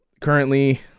Currently